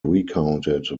recounted